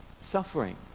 suffering